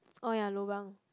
oh ya lor well